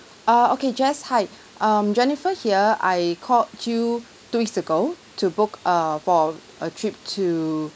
uh okay jess hi um jennifer here I called you two weeks ago to book err for a trip to